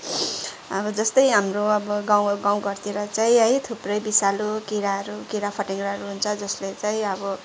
अब जस्तै हाम्रो अब गाउँ गाउँघरतिर है थुप्रै विषालु किराहरू किरा फटेङ्ग्राहरू हुन्छ जसले चाहिँ अब